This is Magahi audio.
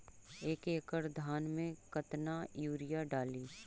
एक एकड़ धान मे कतना यूरिया डाली?